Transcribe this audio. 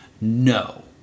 No